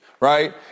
Right